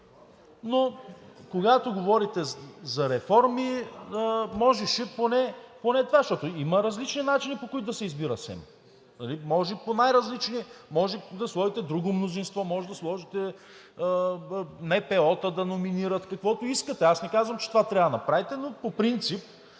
но когато говорите за реформи, можеше поне това, защото има различи начини, по които да се избира СЕМ – може по най-различни. Можете да сложите друго мнозинство, можете да сложите НПО-та да номинират, каквото искате. Аз не казвам, че това трябва да го направите, но по принцип